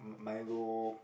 milo